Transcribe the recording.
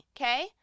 okay